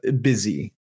busy